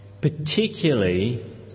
particularly